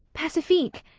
pacifique!